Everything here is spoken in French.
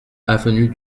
avenue